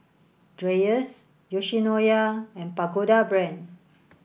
Dreyers Yoshinoya and Pagoda Brand